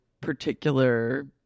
particular